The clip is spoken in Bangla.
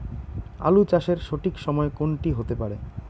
আলু চাষের সঠিক সময় কোন টি হতে পারে?